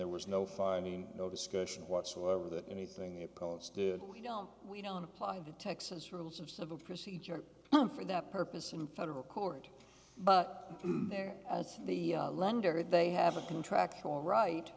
there was no finding no discussion whatsoever that anything a post did we don't we don't apply the texas rules of civil procedure for that purpose in federal court but there as the lender they have a contractual right